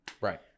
Right